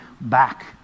back